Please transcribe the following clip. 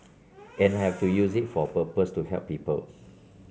and I have to use it for a purpose to help people